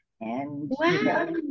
Wow